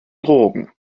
drogen